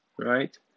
Right